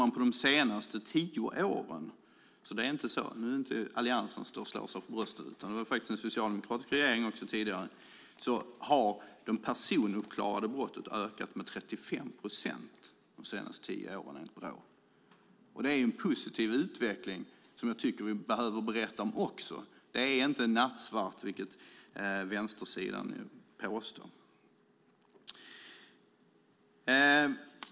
Under de senaste tio åren - nu är det inte Alliansen som slår sig för bröstet, utan det var faktiskt en socialdemokratisk regering tidigare också - har de personuppklarade brotten ökat med 35 procent enligt Brå. Det är en positiv utveckling som jag tycker att vi också behöver berätta om. Det är inte nattsvart, vilket vänstersidan påstår.